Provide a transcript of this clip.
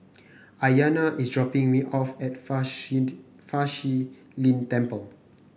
Aiyana is dropping me off at Fa Shi Fa Shi Lin Temple